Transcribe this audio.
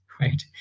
right